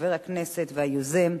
חבר הכנסת והיוזם,